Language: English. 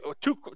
Two